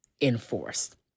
enforced